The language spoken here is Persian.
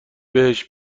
بهش